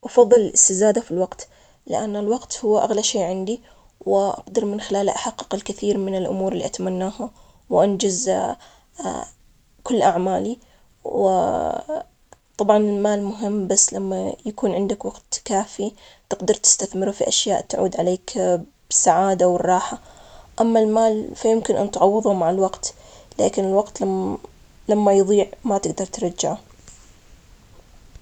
أنا أحب الاستزادة في الوقت، لنه مهم لحياة متوازنة. الوقت دايماً يعطينا فرصة إنا نستمتع باللحظات, واكون مع الأهل ومع الأصدقاء والمقربين مني. المال زين، بس لو عندي وقت كافي أقدر إني أحقق أهدافي وأستمر في إني أطور نفسي وحتى إني أحصل على المال اللي أبيه.